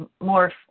more